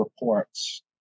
reports